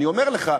אני אומר לך,